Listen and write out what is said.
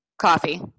Coffee